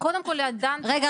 קודם כל דנו -- רגע,